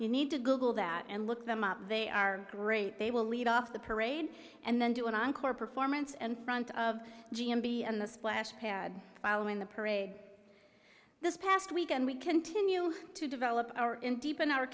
you need to google that and look them up they are great they will lead off the parade and then do an encore performance and front of g m b and the splash pad following the parade this past week and we continue to develop our in deep in our